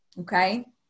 Okay